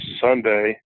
Sunday